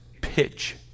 pitch